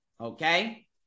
okay